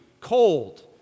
cold